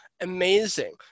amazing